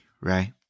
right